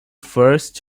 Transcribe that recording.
first